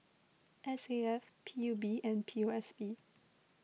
S A F P U B and P O S B